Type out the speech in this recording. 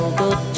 good